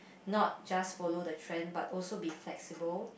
not just follow the trend but also be flexible